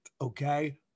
okay